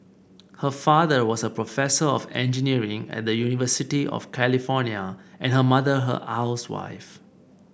her father was a professor of engineering at the University of California and her mother a housewife